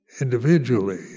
individually